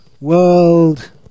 world